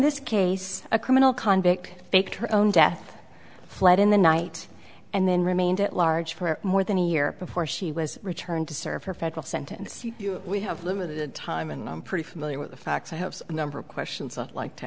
this case a criminal convict faked her own death fled in the night and then remained at large for more than a year before she was returned to serve her federal sentence we have limited time and i'm pretty familiar with the facts i have a number of questions i'd like t